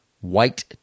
white